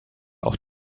auch